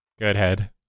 Goodhead